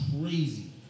crazy